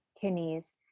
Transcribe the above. kidneys